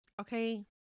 Okay